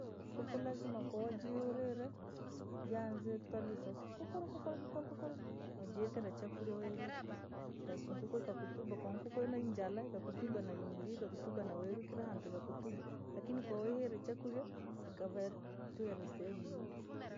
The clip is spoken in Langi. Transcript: Nkuku lazima koo yunire, jaanze tulaisoso noojitira chakurya weru, basi nkukuu kakutuboa koo nkukuu iri na njala ikukutuba. ikakyutuba na nyumbii, ikakutuba na weru kiraa hantuu ikakutuba, lakini kowihile chukrya ikave twelesena mudu.